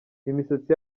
imisatsi